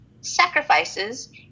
sacrifices